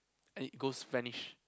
and it goes vanish